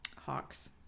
hawks